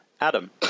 Adam